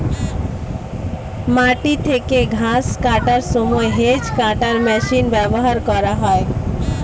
মাটি থেকে ঘাস কাটার সময় হেজ্ কাটার মেশিন ব্যবহার করা হয়